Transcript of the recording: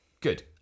good